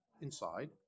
inside